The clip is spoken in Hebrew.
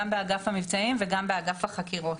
גם באגף המבצעים וגם באגף החקירות.